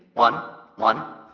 one. one